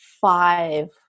five